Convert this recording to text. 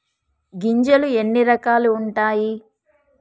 గింజలు ఎన్ని రకాలు ఉంటాయి?